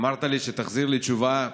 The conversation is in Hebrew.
אמרת שתחזיר לי תשובה,